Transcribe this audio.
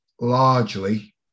largely